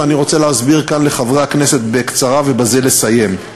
ואני רוצה להסביר כאן לחברי הכנסת בקצרה ובזה לסיים.